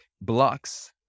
blocks